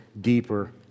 deeper